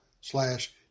slash